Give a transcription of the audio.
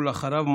ואחריו,